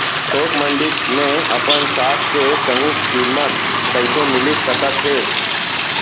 थोक मंडी में अपन साग के सही किम्मत कइसे मिलिस सकत हे?